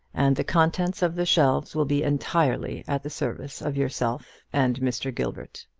and the contents of the shelves will be entirely at the service of yourself and mr. gilbert.